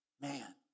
Man